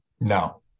No